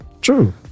True